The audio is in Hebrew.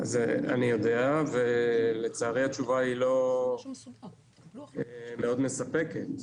זה אני יודע, ולצערי, התשובה היא לא מאוד מספקת.